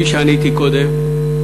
כפי שעניתי קודם,